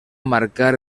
marcar